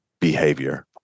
behavior